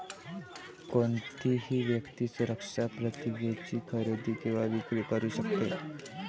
कोणतीही व्यक्ती सुरक्षा प्रतिज्ञेची खरेदी किंवा विक्री करू शकते